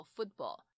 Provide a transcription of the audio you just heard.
Football